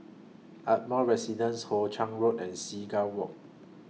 Ardmore Residence Hoe Chiang Road and Seagull Walk